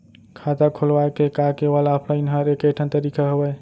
खाता खोलवाय के का केवल ऑफलाइन हर ऐकेठन तरीका हवय?